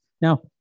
Now